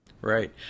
Right